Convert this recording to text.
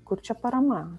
kur čia parama